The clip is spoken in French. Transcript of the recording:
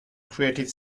creative